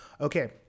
Okay